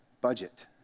budget